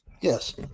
Yes